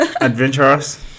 adventurous